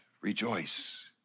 rejoice